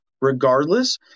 regardless